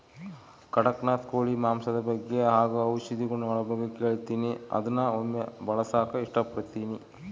ಕಡಖ್ನಾಥ್ ಕೋಳಿ ಮಾಂಸದ ಬಗ್ಗೆ ಹಾಗು ಔಷಧಿ ಗುಣಗಳ ಬಗ್ಗೆ ಕೇಳಿನಿ ಅದ್ನ ಒಮ್ಮೆ ಬಳಸಕ ಇಷ್ಟಪಡ್ತಿನಿ